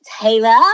Taylor